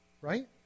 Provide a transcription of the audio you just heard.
Right